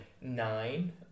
nine